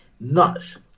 Nuts